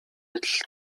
адил